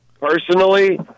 Personally